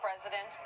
president